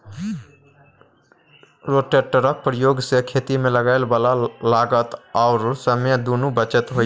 रोटेटरक प्रयोग सँ खेतीमे लागय बला लागत आओर समय दुनूक बचत होइत छै